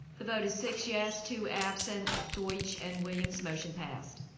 the vote six yes, two absent, deutsch and williams motion passed.